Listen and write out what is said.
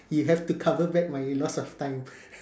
you have to cover back my loss of time